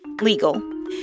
legal